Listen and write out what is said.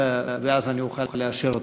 ואז אני אוכל לאשר אותה.